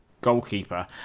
goalkeeper